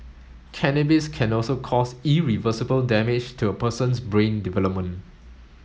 cannabis can also cause irreversible damage to a person's brain development